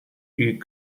die